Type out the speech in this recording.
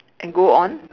and go on